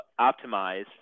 optimize